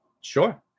Sure